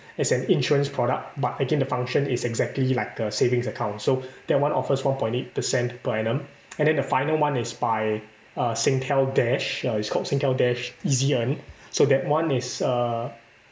as an insurance product but again the function is exactly like a savings account so that one offers one point eight percent per annum and then the final one is by uh singtel dash uh it's called singtel dash EasyEarn so that one is uh